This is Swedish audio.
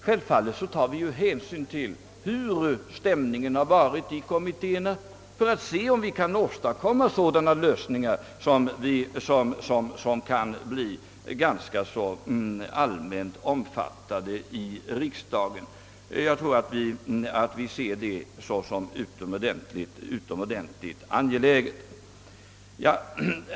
Självfallet skall vi därvid ta hänsyn till de synpunkter som har framförts i kommittéerna för att se om vi kan åstadkomma lösningar som kan bli allmänt omfattade av riksdagen. Det anser vi vara utomordentligt angeläget.